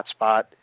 hotspot